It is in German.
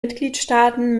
mitgliedstaaten